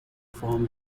formed